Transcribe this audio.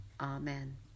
Amen